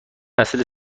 وسیله